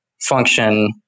function